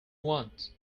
want